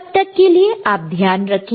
तब तक के लिए आप ध्यान रखें